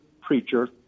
preacher